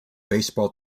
baseball